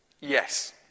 Yes